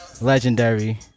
Legendary